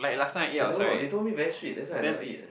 I don't know they told me very sweet that's why I never eat